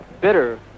bitter